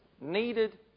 needed